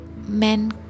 men